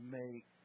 make